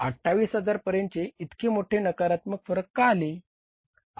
28000 पर्यंतचे इतके मोठे नकारात्मक फरक का आले